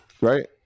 right